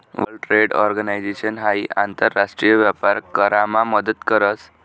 world Trade Organization हाई आंतर राष्ट्रीय व्यापार करामा मदत करस